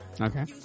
Okay